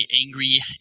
angry